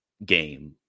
game